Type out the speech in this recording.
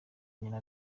nyina